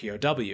POW